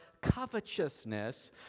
covetousness